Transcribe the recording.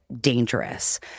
dangerous